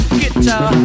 guitar